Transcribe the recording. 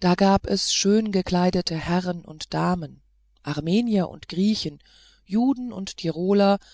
da gab es schön gekleidete herren und damen armenier und griechen juden und tiroler